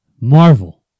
Marvel